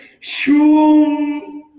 Shoom